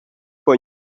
for